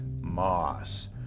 Moss